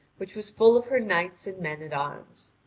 which was full of her knights and men-at-arms.